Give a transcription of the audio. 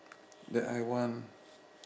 that I want